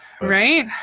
Right